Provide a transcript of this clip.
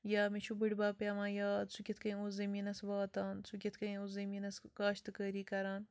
یا مےٚ چھُ بٔڈۍ بَب پٮ۪وان یاد سُہ کِتھ کٔنۍ اوس زمیٖنَس واتان سُہ کِتھ کٔنۍ اوس زمیٖنَس کاشتکٲری کران